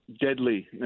deadly